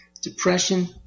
depression